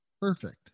perfect